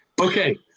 Okay